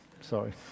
sorry